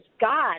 God